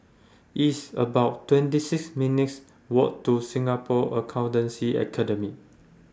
It's about twenty six minutes' Walk to Singapore Accountancy Academy